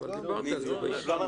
אנחנו לא